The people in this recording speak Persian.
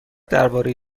درباره